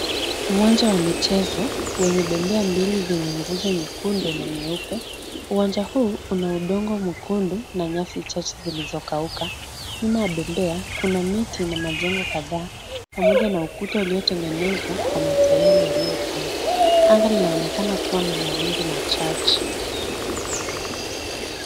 Uwanja wa michezo wenye bembea mbili zenye nguzo nyekundu na nyeupe ,uwanja huu una udongo mwekundu na nyasi chache zilizokauka ,nyuma ya bembea kuna miti na majengo kadhaa pamoja na ukuta uliotengenezwa na mataili yaliyopangwa, anga linaonekana kuwa na mawingu machache .